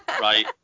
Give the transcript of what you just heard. Right